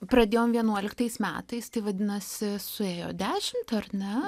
pradėjom vienuoliktais metais tai vadinasi suėjo dešimt ar ne